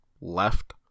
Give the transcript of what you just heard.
left